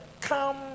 Come